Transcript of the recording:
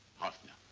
hoffner,